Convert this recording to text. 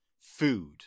Food